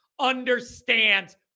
understands